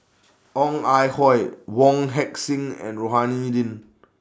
Ong Ah Hoi Wong Heck Sing and Rohani Din